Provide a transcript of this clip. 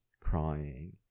crying